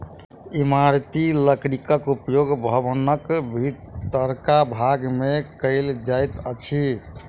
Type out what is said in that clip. इमारती लकड़ीक उपयोग भवनक भीतरका भाग मे कयल जाइत अछि